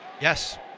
Yes